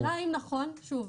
השאלה אם נכון שוב,